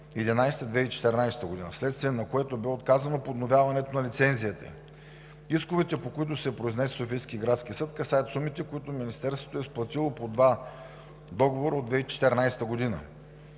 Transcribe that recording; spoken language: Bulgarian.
– 2014 г., вследствие на което бе отказано подновяването на лицензията им. Исковете, по които се произнесе Софийският градски съд, касаят сумите, които Министерството е изплатило по два договора от 2014 г.